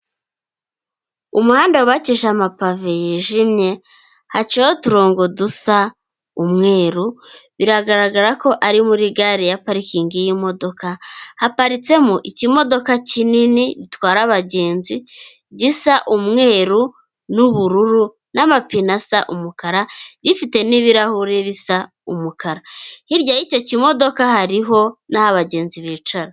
Umuhanda wabakije amapave yijimye, haciyeho uturongo dusa umweru, biragaragara ko ari muri gare ya parikingi y'imodoka, haparitsemo ikimodoka kinini gitwara abagenzi, gisa umweru, n'ubururu, n'amapine asa umukara, gifite n'ibirahure bisa umukara. Hirya y'icyo kimodoka hariho n'aho abagenzi bicara.